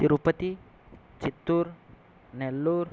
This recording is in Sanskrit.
तिरुपति चित्तूर् नेल्लुर